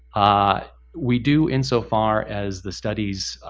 ah we do, insofar as the studies,